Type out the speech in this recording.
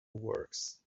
works